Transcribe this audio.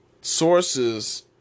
sources